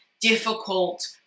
difficult